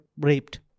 raped